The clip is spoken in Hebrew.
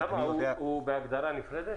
הוא בהגדרה נפרדת?